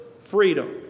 freedom